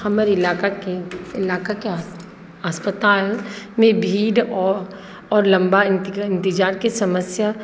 हमर इलाकाके इलाकाके अस्प अस्पतालमे भीड़ आओर आओर लम्बा इन्त इन्तजारके समस्या